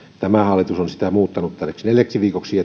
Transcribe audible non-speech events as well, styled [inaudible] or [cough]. tämä hallitus on sitä muuttanut täksi neljäksi viikoksi [unintelligible]